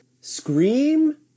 Scream